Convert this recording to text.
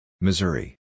Missouri